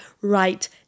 right